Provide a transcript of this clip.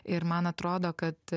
ir man atrodo kad